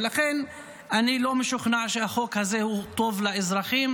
ולכן אני לא משוכנע שהחוק הזה הוא טוב לאזרחים.